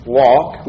walk